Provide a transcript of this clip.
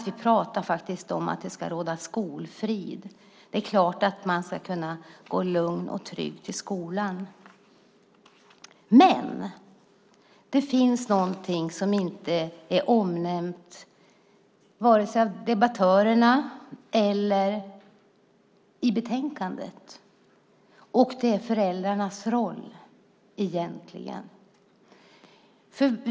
Vi pratar faktiskt om att skolfrid ska råda. Det är klart att man ska kunna vara lugn och trygg när man går till skolan. Men det finns någonting som inte omnämnts vare sig av debattörerna eller i betänkandet. Det gäller då vad som egentligen är föräldrarnas roll.